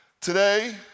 Today